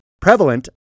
prevalent